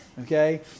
okay